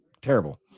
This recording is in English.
Terrible